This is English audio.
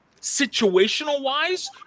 situational-wise